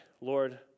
Lord